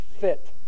fit